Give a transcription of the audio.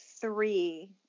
three